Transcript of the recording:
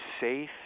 safe